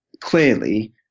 clearly